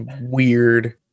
weird